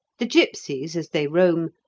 the gipsies, as they roam,